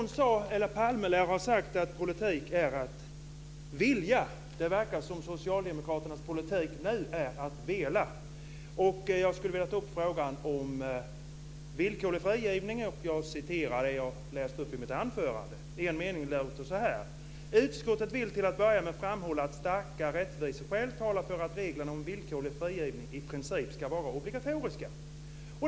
Palme lär ha sagt att politik är att vilja. Det verkar som om Socialdemokraternas politik nu är att vela. Jag skulle vilja ta upp frågan om villkorlig frigivning. Jag återger det som jag läste upp i mitt anförande. En mening låter så här: Utskottet vill till att börja med framhålla att starka rättviseskäl talar för att reglerna om villkorlig frigivning i princip ska vara obligatoriska.